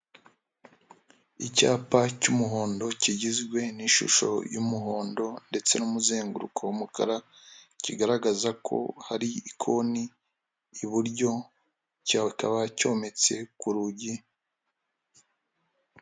Icyapa cy'umuhondo kigizwe n'ishusho y'umuhondo ndetse n'umuzenguruko w'umukara kigaragaza ko hari ikoni iburyo cyakaba cyometse ku rugi.